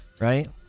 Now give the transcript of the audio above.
Right